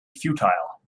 futile